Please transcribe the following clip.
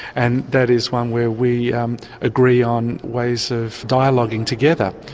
and that is one where we um agree on ways of dialoguing together.